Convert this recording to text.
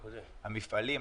המפעלים,